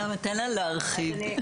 תן לה להרחיב.